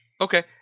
Okay